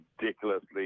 ridiculously